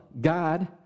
God